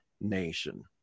nation